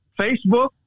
Facebook